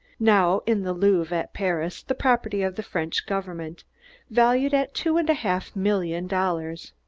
now in the louvre at paris, the property of the french government valued at two and a half million dollars.